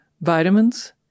vitamins